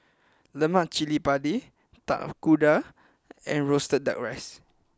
Lemak Cili Padi Tapak Kuda and Roasted Duck Rice